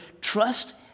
Trust